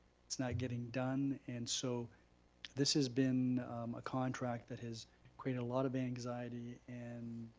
it's not getting done, and so this has been a contract that has created a lot of anxiety and